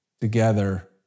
together